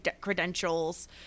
credentials